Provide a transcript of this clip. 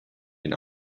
den